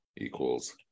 equals